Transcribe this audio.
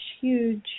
huge